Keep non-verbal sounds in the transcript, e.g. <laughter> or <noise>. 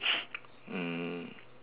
<noise> mm